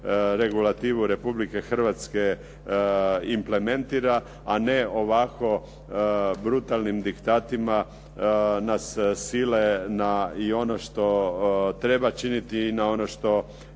regulativu Republike Hrvatske implementira a ne ovako brutalnim diktatima nas sile na i ono što treba činiti i na ono što